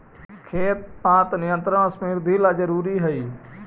खेर पात नियंत्रण समृद्धि ला जरूरी हई